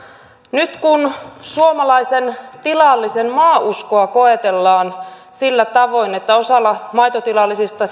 nyt kun suomalaisen tilallisen maauskoa koetellaan sillä tavoin että osalla maitotilallisista